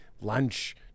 lunch